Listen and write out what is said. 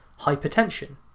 hypertension